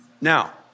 Now